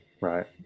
right